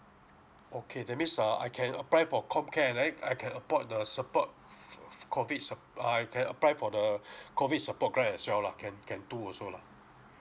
okay that means uh I can apply for comcare and then I can abort the support f~ f~ COVID sup~ uh I can apply for the COVID support grant as well lah can can two also lah